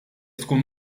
tkun